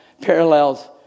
parallels